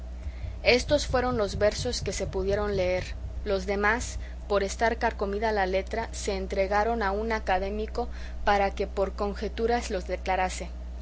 éstos fueron los versos que se pudieron leer los demás por estar carcomida la letra se entregaron a un académico para que por conjeturas los declarase